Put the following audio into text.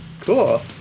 Cool